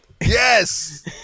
Yes